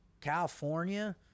California